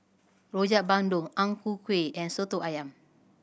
Rojak Bandung Ang Ku Kueh and Soto Ayam